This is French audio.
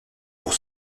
pour